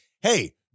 hey-